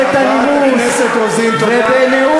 ובנאום,